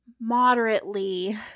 moderately